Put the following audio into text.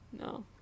No